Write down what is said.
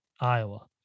Iowa